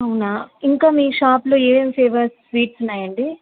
అవునా ఇంకా మీ షాప్లో ఏమేమి ఫ్లేవర్స్ స్వీట్స్ ఉన్నాయండి